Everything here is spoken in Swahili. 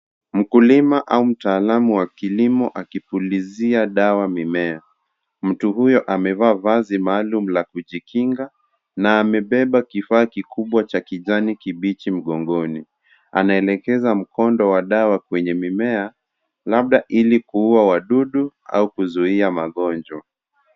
Mkulima au mtaalamu wa kilimo akipulizia dawa mimea. Mtu huyo amevaa vazi maalum la kujikinga na amebeba kifaa kikubwa cha kijani kibichi mgongoni. Anaelegeza mkondo wa dawa kwenye mimea, labda ili kuua wadudu au kuzuia magonjwa.